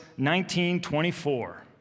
1924